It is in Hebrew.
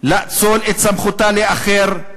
לאצול את סמכותה לאחר,